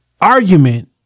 argument